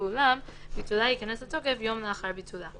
ואולם ביטולה ייכנס לתוקף יום לאחר ביטולה.